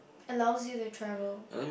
allows you to travel